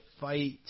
fight